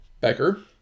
Becker